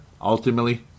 ultimately